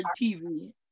TV